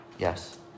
Yes